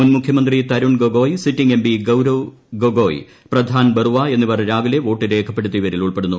മുൻ മുഖ്യമന്ത്രി Tarun Gogoi sitting M P Gaurav Gogoi ട്രപ്പ്രധാൻ ബറുവ എന്നിവർ രാവിലെ വോട്ട് രേഖപ്പെടുത്തിയവരിൽ ്ഉൾപ്പെടുന്നു